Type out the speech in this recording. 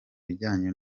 bijyanye